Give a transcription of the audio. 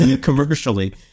commercially